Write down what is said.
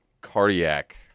cardiac